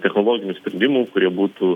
technologinių sprendimų kurie būtų